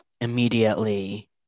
immediately